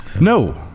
No